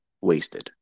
wasted